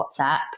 WhatsApp